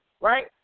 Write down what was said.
right